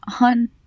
on